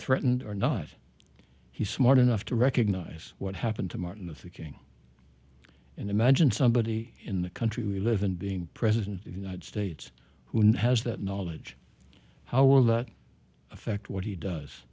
threatened or not he's smart enough to recognize what happened to martin luther king and imagine somebody in the country we live in being president of united states who has that knowledge how will that affect what he does